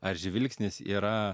ar žvilgsnis yra